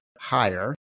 higher